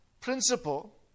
principle